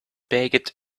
baked